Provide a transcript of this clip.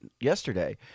yesterday